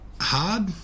hard